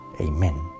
Amen